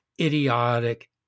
idiotic